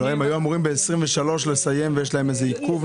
הם היו אמורים לסיים ב-2023 ויש להם איזה עיכוב,